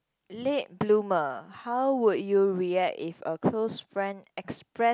late bloomer how would you react if a close friend express